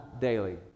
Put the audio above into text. daily